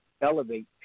elevate